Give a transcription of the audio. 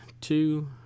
two